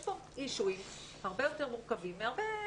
יש כאן דברים הרבה יותר מורכבים מאשר